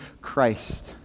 Christ